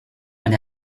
and